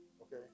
Okay